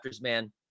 man